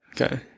Okay